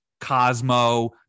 Cosmo